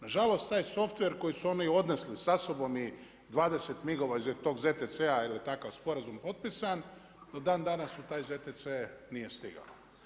Na žalost taj softver koji su oni odnesli sa sobom i 20 MIG-ova iz tog ZTC-a jer je takav sporazum potpisan do dan danas u taj ZTC-e nije stigao.